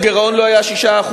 הגירעון לא היה 6%,